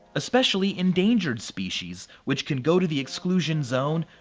especially endangered species which can go to the exclusion zone,